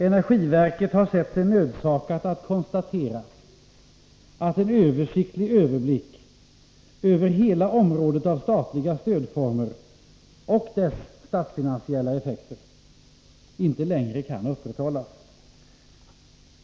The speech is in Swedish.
Energiverket har sett sig nödsakat att konstatera att en översiktlig överblick över hela området av statliga stödformer och dess statsfinansiella effekter inte längre kan upprätthållas.